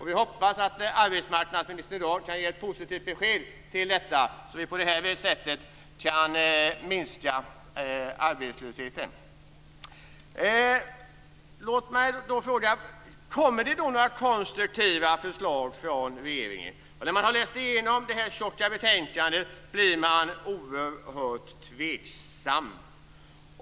Vi hoppas att arbetsmarknadsministern i dag kan ge ett positivt besked, så att vi på det här sättet kan minska arbetslösheten. Låt mig fråga: Kommer det några konstruktiva förslag från regeringen? När man har läst igenom det tjocka betänkandet blir man oerhört tveksam.